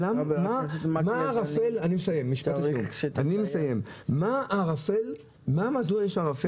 נקודת ההנחה, ואני מניח שתשמע את זה